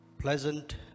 pleasant